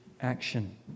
action